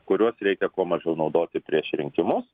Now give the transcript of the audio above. kuriuos reikia kuo mažiau naudoti prieš rinkimus